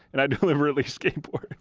and i deliberately skateboard